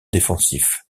défensifs